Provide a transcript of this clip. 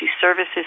services